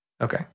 Okay